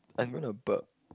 I'm gonna burp